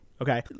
Okay